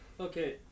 Okay